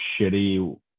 shitty